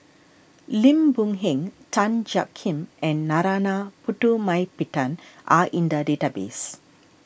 Lim Boon Heng Tan Jiak Kim and Narana Putumaippittan are in the database